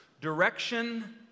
direction